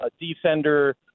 defender